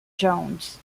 jones